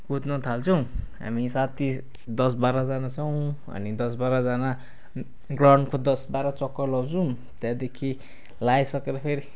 कुद्न थाल्छौँ हामी साथी दस बाह्रजना छौँ हामी दस बाह्रजना ग्राउन्डको दस बाह्र चक्कर लाउँछौँ त्यहाँदेखि लाइसकेर फेरि